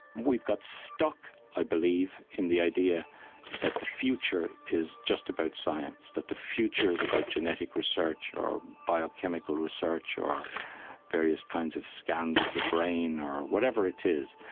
we've got stuck, i believe, in the idea that the future is just about science, that the future is about genetic research or biochemical research or various kinds of scans of the brain, or whatever it is.